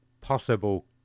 possible